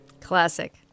classic